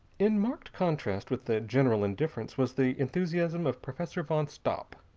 in marked contrast with the general indifference was the enthusiasm of professor van stopp,